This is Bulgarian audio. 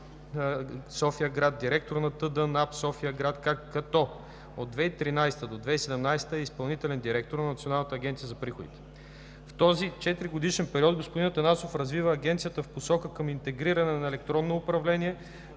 Териториална дирекция на НАП – София – град, като от 2013 г. до 2017 г. е изпълнителен директор на Националната агенция за приходите. В този четиригодишен период господин Атанасов развива Агенцията в посока към интегриране на електронно управление,